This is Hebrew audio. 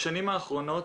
בשנים האחרונות,